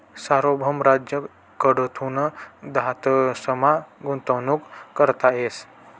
सार्वभौम राज्य कडथून धातसमा गुंतवणूक करता येस